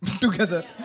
together